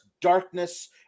darkness